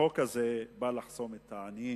החוק הזה בא לחסום את העניים,